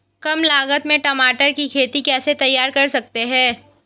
कम लागत में टमाटर की खेती कैसे तैयार कर सकते हैं?